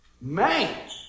Man